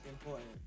Important